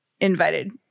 invited